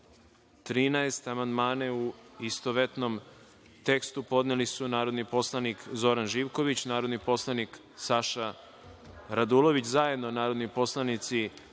13. amandmane u istovetnom tekstu podneli su narodni poslanik Zoran Živković, narodni poslanik Saša Radulović, zajedno narodni poslanici